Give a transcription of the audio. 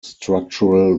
structural